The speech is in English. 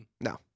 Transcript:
No